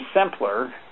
simpler